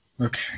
Okay